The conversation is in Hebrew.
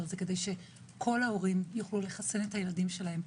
זה כדי שכל ההורים יוכלו לחסן את הילדים שלהם,